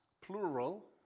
plural